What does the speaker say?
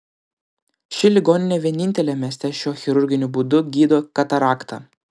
ši ligoninė vienintelė mieste šiuo chirurginiu būdu gydo kataraktą